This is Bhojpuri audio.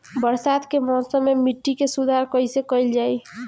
बरसात के मौसम में मिट्टी के सुधार कइसे कइल जाई?